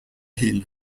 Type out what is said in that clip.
hill